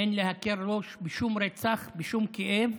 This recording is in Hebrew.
אין להקל ראש בשום רצח, בשום כאב.